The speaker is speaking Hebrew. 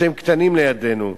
שהם קטנים לידינו,